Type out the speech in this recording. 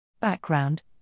Background